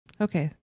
Okay